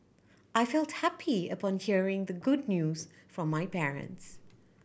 I felt happy upon hearing the good news from my parents